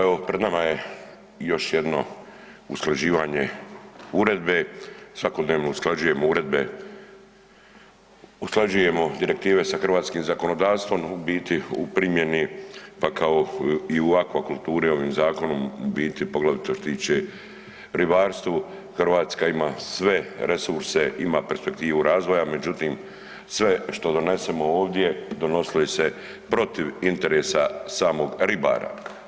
Evo, pred nama je još jedno usklađivanje uredbe, svakodnevno usklađujemo uredbe, usklađujemo direktive sa hrvatskim zakonodavstvom, u biti u primjeni pa kao i u akvakulturi ovim zakonom u biti poglavito što se tiče ribarstvu Hrvatska ima se resurse ima perspektivu razvoja, međutim sve što donesemo ovdje donosi li se protiv interesa samog ribara.